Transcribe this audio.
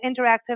interactive